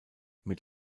mit